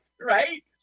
right